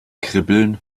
kribbeln